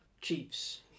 Chiefs